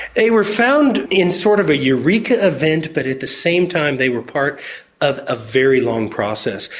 they were found in sort of a eureka event, but at the same time they were part of a very long process.